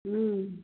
हूँ